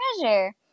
Treasure